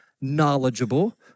knowledgeable